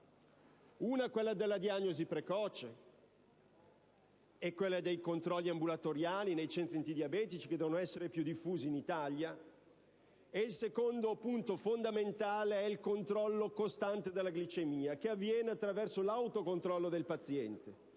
una è quella della diagnosi precoce, dei controlli ambulatoriali nei centri antidiabetici che devono essere più diffusi in Italia e la seconda è il controllo costante della glicemia che avviene attraverso l'autocontrollo del paziente